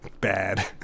bad